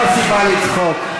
זו לא סיבה לצחוק.